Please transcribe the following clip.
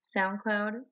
SoundCloud